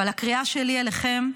אבל הקריאה שלי אליכם,